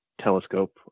telescope